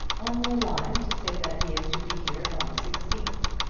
only a line to say that he is to be here on the sixteenth.